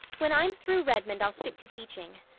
when i'm through redmond i'll stick to teaching.